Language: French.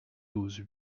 douze